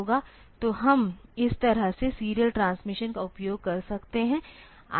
तो हम इस तरह से सीरियल ट्रांसमिशन का उपयोग कर सकते हैं